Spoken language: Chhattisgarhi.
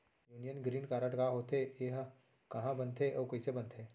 यूनियन ग्रीन कारड का होथे, एहा कहाँ बनथे अऊ कइसे बनथे?